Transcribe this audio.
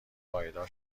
پایدار